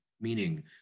meaning